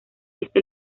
este